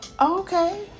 Okay